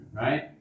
Right